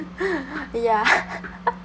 ya